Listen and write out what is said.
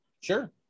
Sure